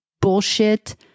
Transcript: bullshit